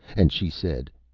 and she said,